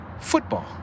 football